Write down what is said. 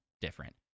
different